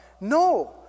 no